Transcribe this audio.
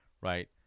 right